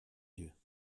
yeux